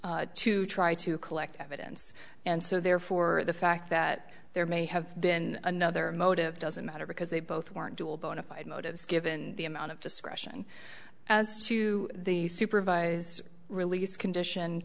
ruse to try to collect evidence and so therefore the fact that there may have been another motive doesn't matter because they both weren't dual bonafide motives given the amount of discretion as to the supervise release condition